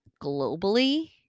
globally